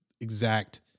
exact